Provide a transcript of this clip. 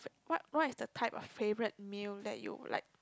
what what is the type of favorite meal then you will like